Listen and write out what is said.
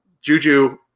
Juju